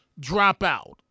dropout